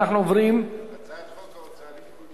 אנחנו עוברים, הצעת חוק ההוצאה לפועל.